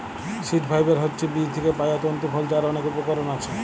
seed fibre হচ্ছে বীজ থিকে পায়া তন্তু ফল যার অনেক উপকরণ আছে